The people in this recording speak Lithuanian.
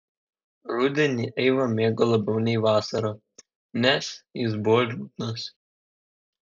rudenį eiva mėgo labiau nei vasarą nes jis buvo liūdnas